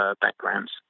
backgrounds